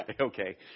Okay